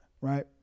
Right